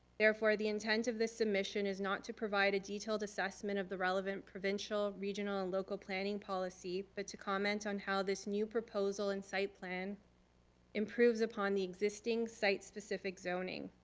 therefore the intent of this submission is not to provide a detailed assessment of the relevant provincial, regional, and local planning policy, but to comment on how this new proposal and site plan improves upon the existing site specific zoning.